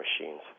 machines